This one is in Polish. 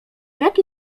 jaki